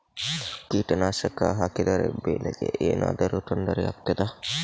ಕೀಟನಾಶಕ ಹಾಕಿದರೆ ಬೆಳೆಗೆ ಏನಾದರೂ ತೊಂದರೆ ಆಗುತ್ತದಾ?